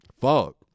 fuck